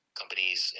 companies